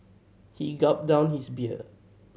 he gulped down his beer